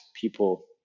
people